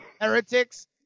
heretics